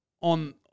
on